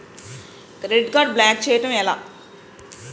Credit card block చేయడం ఎలా?